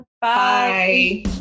Bye